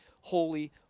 holy